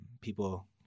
people